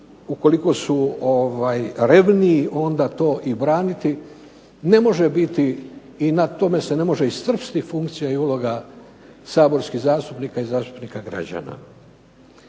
ukoliko su revniji onda to i braniti. Ne može biti i na tome se ne može iscrpsti funkcija saborskih zastupnika i zastupnika građana.